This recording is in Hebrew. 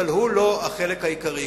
אבל הוא לא החלק העיקרי.